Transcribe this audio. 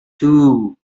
too